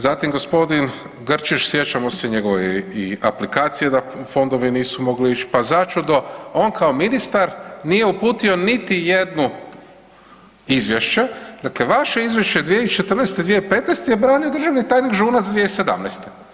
Zatim g. Grčić, sjećamo se njegove i aplikacije da fondovi nisu mogli ić, pa začudo on kao ministar nije uputio niti jedno izvješće, dakle vaše izvješće 2014. i 2015. je branio državni tajnik Žunac 2017.